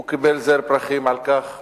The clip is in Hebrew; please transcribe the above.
הוא קיבל זר פרחים על כך